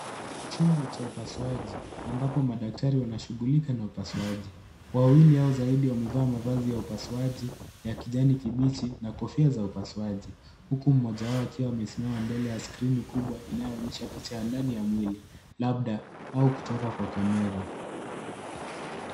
Chumba cha upasuaji ambapo madaktari wanashughulika na upasuaji wawili au zaidi wamevaa mavazi ya upasuaji ya kijani kibichi na kofia za upasuaji huku mmoja wao akiwa amesimama mbele ya skrini kubwa inayoonyesha picha ya ndani ya mwili labda au kutoka kwa kamera.